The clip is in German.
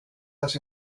das